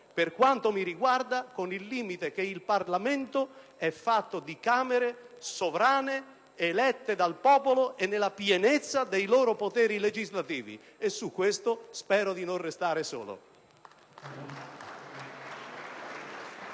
per quanto mi riguarda, con il limite che il Parlamento è fatto di Camere sovrane, elette dal popolo e nella pienezza dei loro poteri legislativi, e su questo spero di non restare solo.